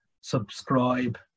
subscribe